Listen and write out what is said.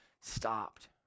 stopped